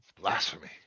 blasphemy